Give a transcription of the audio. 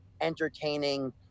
entertaining